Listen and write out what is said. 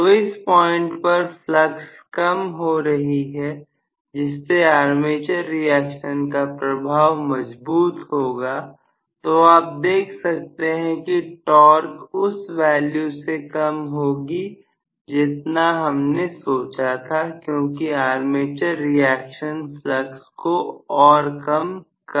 तो इस पॉइंट पर फ्लक्स कम हो रही है जिससे आर्मेचर रिएक्शन का प्रभाव मजबूत होगा तो आप देख सकते हैं कि टॉर्क उस वैल्यू से कम होगी जितना हमने सोचा था क्योंकि आर्मेचर रिएक्शन फ्लक्स को और कम कर देगा